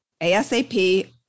ASAP